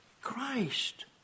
Christ